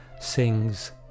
sings